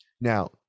Now